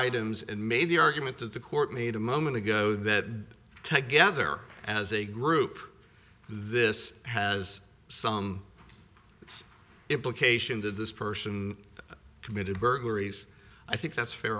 items and made the argument that the court made a moment ago that together as a group this has some its implication to this person committed burglaries i think that's fair